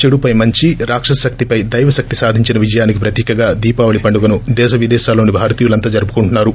చెడుపై మంచి రాక్షస శక్తిపై దైవశక్తి సాధించిన విజయానికి ప్రతీకగా దీపోవళి పండుగను దేశవిదేశాల్లోని భారతీయులంతా జరుపుకుంటున్నారు